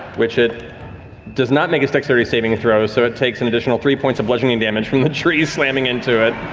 which it does not make its dexterity-saving throw, so it takes an additional three points of bludgeoning damage from the tree slamming into it.